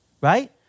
right